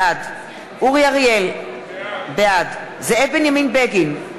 בעד אורי אריאל, בעד זאב בנימין בגין,